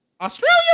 Australia